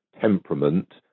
temperament